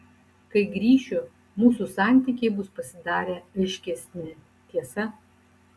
kai grįšiu mūsų santykiai bus pasidarę aiškesni tiesa